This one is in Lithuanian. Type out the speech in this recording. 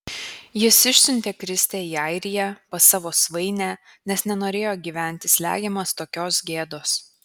jis išsiuntė kristę į airiją pas savo svainę nes nenorėjo gyventi slegiamas tokios gėdos